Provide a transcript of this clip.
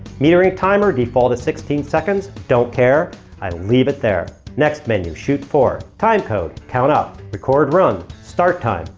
metering timer. default is sixteen seconds. don't care. i leave it there. next menu. shoot four. time code. count up. record run. start time.